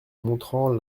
montrant